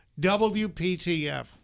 WPTF